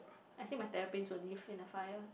I think my therapist will live in a fire